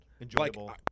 Enjoyable